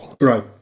right